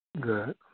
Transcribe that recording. Good